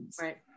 Right